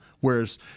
whereas